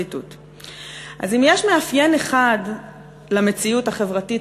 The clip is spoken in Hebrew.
אז אם יש מאפיין אחד למציאות החברתית,